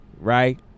right